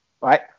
Right